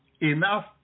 enough